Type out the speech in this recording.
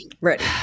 Ready